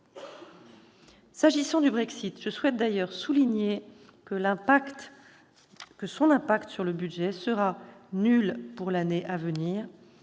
S'agissant du Brexit, je souhaite souligner que son impact sur le budget européen sera nul pour l'année à venir.